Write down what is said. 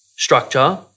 structure